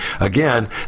Again